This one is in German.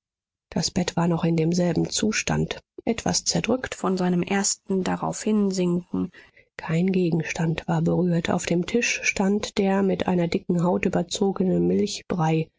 das bett war noch in demselben zustand etwas zerdrückt von seinem ersten draufhinsinken kein gegenstand war berührt auf dem tisch stand der mit einer dicken haut überzogene milchbrei